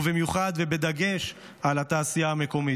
ובמיוחד בדגש על התעשייה המקומית.